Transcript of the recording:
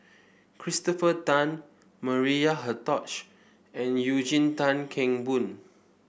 Christopher Tan Maria Hertogh and Eugene Tan Kheng Boon